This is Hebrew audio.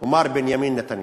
הוא מר בנימין נתניהו.